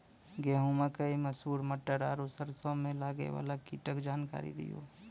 गेहूँ, मकई, मसूर, मटर आर सरसों मे लागै वाला कीटक जानकरी दियो?